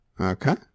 Okay